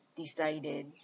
decided